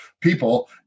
people